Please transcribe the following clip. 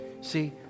See